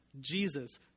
Jesus